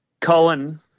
Colin